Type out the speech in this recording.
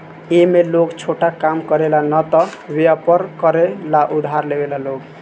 ए में लोग छोटा काम करे ला न त वयपर करे ला उधार लेवेला लोग